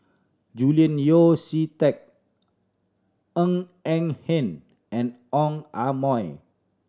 Julian Yeo See Teck Ng Eng Hen and Ong Ah